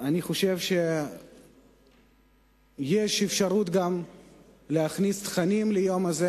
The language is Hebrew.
אני חושב שיש אפשרות להכניס תכנים ליום הזה.